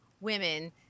women